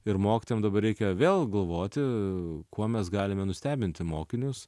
ir mokytojam dabar reikia vėl galvoti kuo mes galime nustebinti mokinius